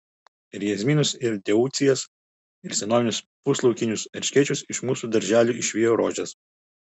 ir jazminus ir deucijas ir senovinius puslaukinius erškėčius iš mūsų darželių išvijo rožės